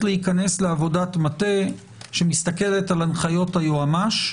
להיכנס לעבודת מטה שמסתכלת על הנחיות היועמ"ש,